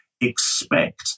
expect